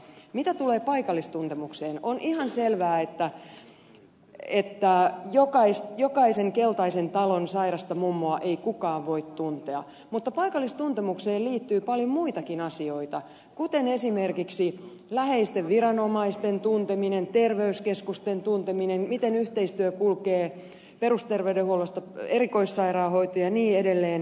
mitä tulee paikallistuntemukseen on ihan selvää että jokaisen keltaisen talon sairasta mummoa ei kukaan voi tuntea mutta paikallistuntemukseen liittyy paljon muitakin asioita kuten esimerkiksi läheisten viranomaisten tunteminen terveyskeskusten tunteminen miten yhteistyö kulkee perusterveydenhuollosta erikoissairaanhoitoon ja niin edelleen